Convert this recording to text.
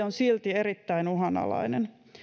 on silti erittäin uhanalainen